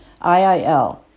IIL